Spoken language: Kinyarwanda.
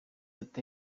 ati